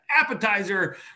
appetizer